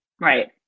Right